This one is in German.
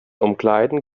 umkleiden